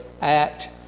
act